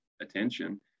attention